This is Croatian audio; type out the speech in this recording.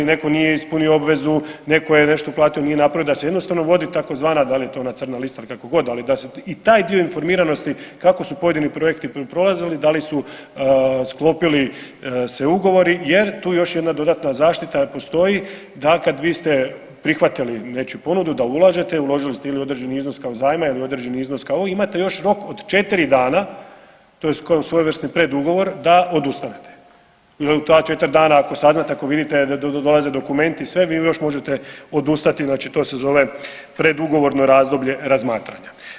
Neko nije ispunio obvezu, neko je nešto platio nije napravio da se jednostavno vodi tzv. da li je ona crna lista ili kakogod, ali da se i taj dio informiranosti kako su pojedini projekti prolazili, da li su sklopili se ugovori jer tu je još jedna dodatna zaštita postoji da kad vi ste prihvatili veću ponudu da ulažete, uložili ste ili određeni iznos kao zajma ili određeni iznos kao imate još rok od četiri dana tj. kao svojevrsni predugovor da odustanete ili da u ta četiri dana ako saznate ako vidite da dolaze dokumenti sve vi još možete odustati, znači to se zove predugovorno razdoblje razmatranja.